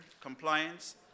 compliance